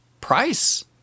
price